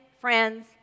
friends